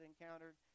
encountered